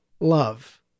love